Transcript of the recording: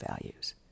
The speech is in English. values